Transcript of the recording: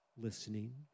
listening